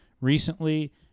recently